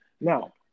Now